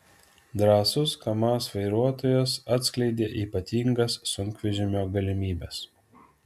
drąsus kamaz vairuotojas atskleidė ypatingas sunkvežimio galimybes